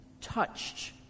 touched